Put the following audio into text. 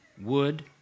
wood